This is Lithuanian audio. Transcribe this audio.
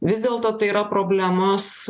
vis dėlto tai yra problemos